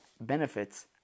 benefits